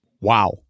wow